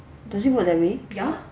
does it work that way ya